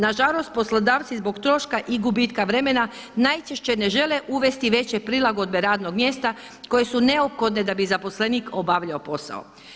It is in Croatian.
Nažalost, poslodavac zbog posla i gubitka vremena najčešće ne žele uvesti veće prilagodbe radnog mjesta koje su neophodne da bi zaposlenik obavljao posao.